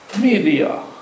media